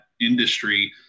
industry